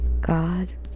God